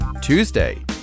Tuesday